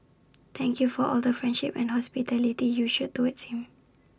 thank you for all the friendship and hospitality you showed towards him